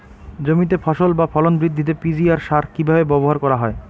জমিতে ফসল বা ফলন বৃদ্ধিতে পি.জি.আর সার কীভাবে ব্যবহার করা হয়?